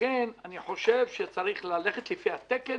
ולכן אני חושב שצריך ללכת לפי התקן